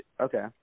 Okay